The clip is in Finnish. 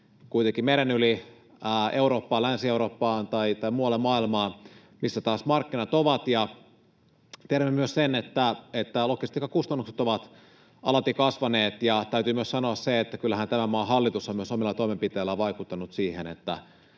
kuitenkin meren yli Eurooppaan, Länsi-Eurooppaan tai muualle maailmaan, missä taas markkinat ovat. Tiedämme myös sen, että logistiikkakustannukset ovat alati kasvaneet. Ja täytyy myös sanoa se, että kyllähän tämän maan hallitus on myös omilla toimenpiteillään vaikuttanut siihen,